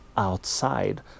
Outside